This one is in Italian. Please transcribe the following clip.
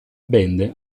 band